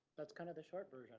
that's kind of the sharper.